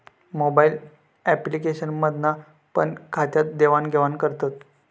mobile application मधना पण खात्यात देवाण घेवान करतत